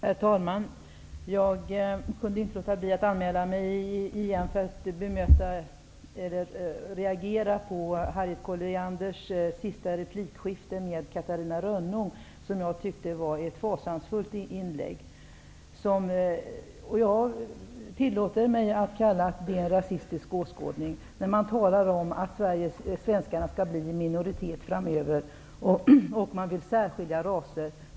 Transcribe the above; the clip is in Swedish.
Herr talman! Jag kunde inte låta bli att begära ordet igen för att reagera på Harriet Collianders replikskifte med Catarina Rönnung, som jag tyckte var ett fasansfullt inlägg. Jag tillåter mig att kalla det för en rasistisk åskådning när man talar om att svenskarna skall bli i minoritet framöver och om att man vill särskilja raser.